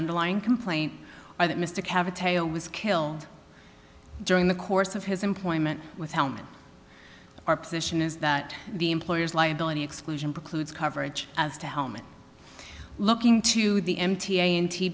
underlying complaint are that mystic have a tail was killed during the course of his employment with hound our position is that the employers liability exclusion precludes coverage as to home and looking to the m t a in t